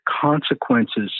consequences